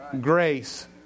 grace